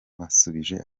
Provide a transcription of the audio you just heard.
basubije